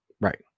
Right